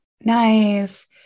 nice